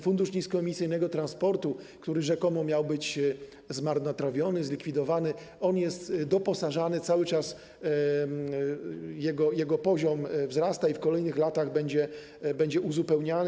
Fundusz Niskoemisyjnego Transportu, który rzekomo miał być zmarnotrawiony, zlikwidowany, został doposażony, cały czas jego poziom wzrasta i w kolejnych latach będzie uzupełniany.